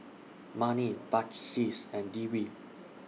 Murni Balqis and Dewi